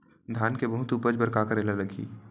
धान के बहुत उपज बर का करेला लगही?